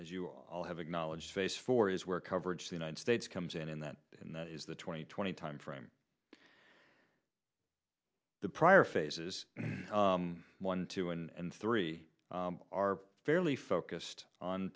as you all have acknowledged face for is where coverage the united states comes in and that and that is the twenty twenty timeframe the prior phases one two and three are fairly focused on